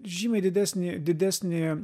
žymiai didesnį didesnį